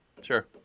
sure